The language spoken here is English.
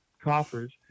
coffers